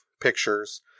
pictures